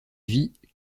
vit